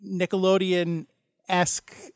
Nickelodeon-esque